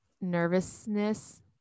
nervousness